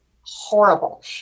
horrible